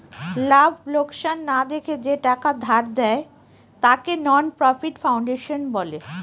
লাভ লোকসান না দেখে যে টাকা ধার দেয়, তাকে নন প্রফিট ফাউন্ডেশন বলে